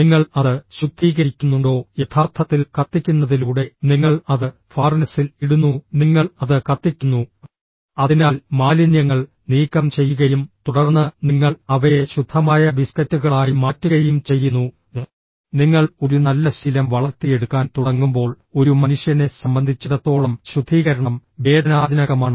നിങ്ങൾ അത് ശുദ്ധീകരിക്കുന്നുണ്ടോ യഥാർത്ഥത്തിൽ കത്തിക്കുന്നതിലൂടെ നിങ്ങൾ അത് ഫാർനെസിൽ ഇടുന്നു നിങ്ങൾ അത് കത്തിക്കുന്നു അതിനാൽ മാലിന്യങ്ങൾ നീക്കം ചെയ്യുകയും തുടർന്ന് നിങ്ങൾ അവയെ ശുദ്ധമായ ബിസ്കറ്റുകളായി മാറ്റുകയും ചെയ്യുന്നു നിങ്ങൾ ഒരു നല്ല ശീലം വളർത്തിയെടുക്കാൻ തുടങ്ങുമ്പോൾ ഒരു മനുഷ്യനെ സംബന്ധിച്ചിടത്തോളം ശുദ്ധീകരണം വേദനാജനകമാണ്